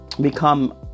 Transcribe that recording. become